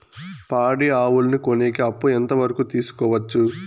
పాడి ఆవులని కొనేకి అప్పు ఎంత వరకు తీసుకోవచ్చు?